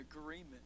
agreement